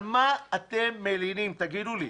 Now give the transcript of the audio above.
על מה אתם מלינים, תגידו לי?